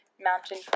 mountain